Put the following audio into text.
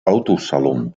autosalon